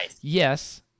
yes